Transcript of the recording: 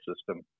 system